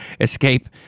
escape